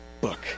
book